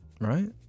Right